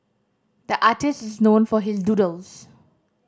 the artist is known for his doodles